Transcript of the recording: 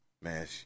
man